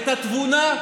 את התבונה,